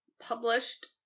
published